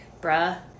bruh